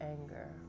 anger